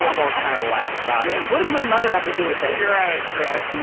ah both kind of laugh about it. what does my mother have to do with this? yeah, right, right.